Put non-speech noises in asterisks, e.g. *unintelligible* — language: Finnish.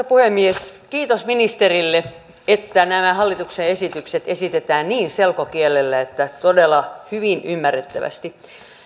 *unintelligible* puhemies kiitos ministerille että nämä hallituksen esitykset esitetään niin selkokielellä todella hyvin ymmärrettävästi